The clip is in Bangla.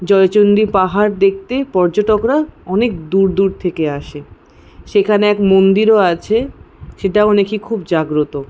জয়চন্ডী পাহাড় দেখতে পর্যটকরা অনেক দূর দূর থেকে আসে সেখানে এক মন্দিরও আছে সেটাও নাকি খুব জাগ্রত